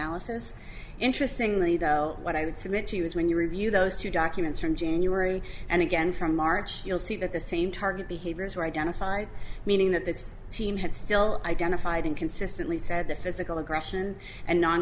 analysis interesting legal what i would submit to you is when you review those two documents from january and again from march you'll see that the same target behaviors were identified meaning that the team had still identified and consistently said that physical aggression and non